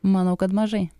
manau kad mažai